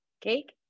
cake